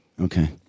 Okay